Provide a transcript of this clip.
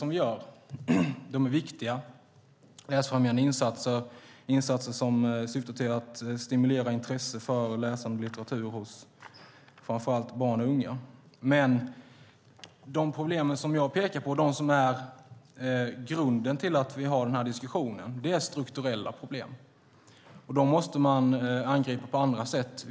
Det handlar om läsfrämjande insatser och insatser som syftar till att stimulera intresse för och läsande av litteratur hos framför allt barn och unga. Men de problem jag pekade på och som är grunden till att vi har den här diskussionen är strukturella problem. De måste man angripa på andra sätt.